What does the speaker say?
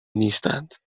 نیستند